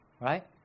Right